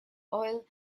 oil